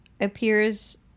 appears